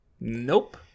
nope